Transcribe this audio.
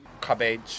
cabbage